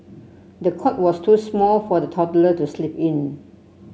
the cot was too small for the toddler to sleep in